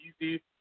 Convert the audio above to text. Easy